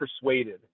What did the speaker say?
persuaded